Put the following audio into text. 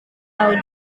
tahu